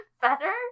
better